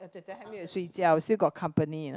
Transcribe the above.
oh jie jie 还没有睡觉 still got company you know